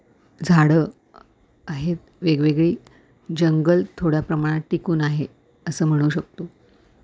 झाडं आहेत वेगवेगळी जंगल थोड्या प्रमाणात टिकून आहे असं म्हणू शकतो